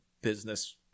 business